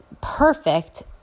perfect